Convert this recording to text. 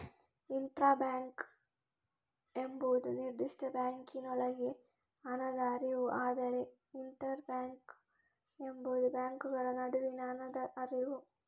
intra bank ಎಂಬುದು ನಿರ್ದಿಷ್ಟ ಬ್ಯಾಂಕಿನೊಳಗೆ ಹಣದ ಹರಿವು, ಆದರೆ ಇಂಟರ್ ಬ್ಯಾಂಕ್ ಎಂಬುದು ಬ್ಯಾಂಕುಗಳ ನಡುವಿನ ಹಣದ ಹರಿವು